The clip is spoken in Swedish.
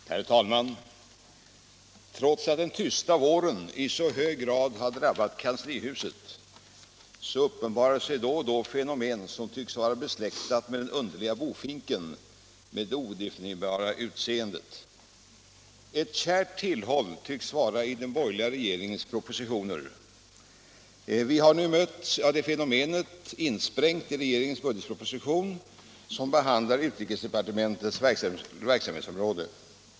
1. att riksdagen som sin mening uttalade att den internationella kapprustningen med alla medel borde hejdas, 3. att riksdagen beslutade att som sin mening ge regeringen till känna vad som i motionen anförts om behovet av vidgade möjligheter för de ansvariga för de svenska insatserna i nedrustningsförhandlingarna att lägga ut forskningsuppdrag hos fria forskare. Herr talman! Trots att den tysta våren i så hög grad har drabbat kanslihuset uppenbarar sig då och då fenomen som tycks vara besläktade med den underbara bofinken med det odefinierbara utseendet. Ett kärt tillhåll för denna bofink tycks vara den borgerliga regeringens propositioner. Vi har nu mött fenomenet insprängt i regeringens budgetproposition som behandlar utrikesdepartementets verksamhetsområde.